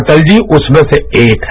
अटल जी उसमें से एक हैं